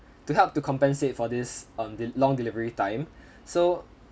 to help to compensate for this um de~ long delivery time so